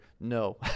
no